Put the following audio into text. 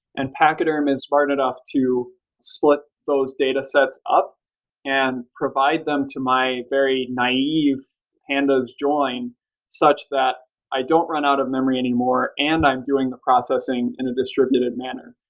and pachyderm is smart enough to split those datasets up and provide them to my very naive pandas join such that i don't ran out of memory anymore and i'm doing the processing in a distributed manner.